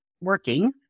working